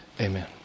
Amen